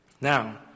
Now